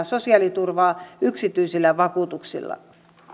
sosiaaliturvaa yksityisillä vakuutuksilla